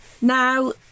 Now